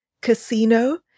casino